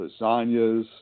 lasagnas